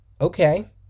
okay